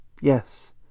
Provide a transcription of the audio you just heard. Yes